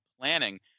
planning